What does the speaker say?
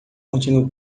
continuo